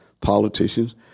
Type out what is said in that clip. politicians